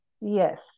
Yes